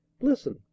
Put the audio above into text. Listen